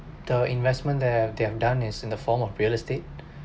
the investment there they've done is in the form of real estate